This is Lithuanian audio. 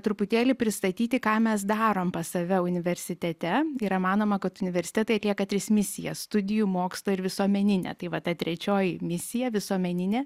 truputėlį pristatyti ką mes darom pas save universitete yra manoma kad universitetai atlieka tris misijas studijų mokslo ir visuomeninę tai va ta trečioji misija visuomeninė